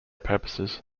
purposes